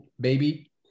Baby